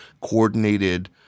coordinated